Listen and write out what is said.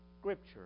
scripture